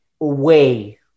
away